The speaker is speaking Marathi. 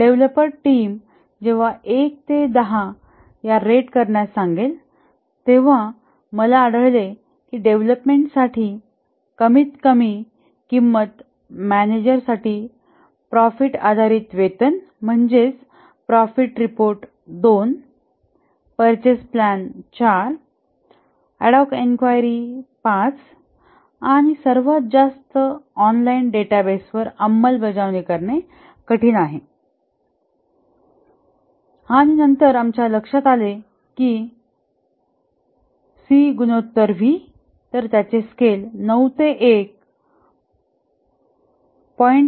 डेव्हलपर टीम जेव्हा 1 ते 10 या रेट करण्यास सांगेल तेव्हा मला आढळले की डेव्हलपमेंट साठी कमीतकमी किंमत मॅनेजर साठी प्रॉफिट आधारित वेतन म्हणजे profit report 2 purchase plan 4 ad hoc enquiry 5 आणि सर्वात जास्त ऑनलाइन डेटाबेसवर अंमलबजावणी करणे कठीण आहे आणि नंतर आमच्या लक्षात आले की सी गुणोत्तर व्ही CV तर त्याचे स्केल 9 ते 1 0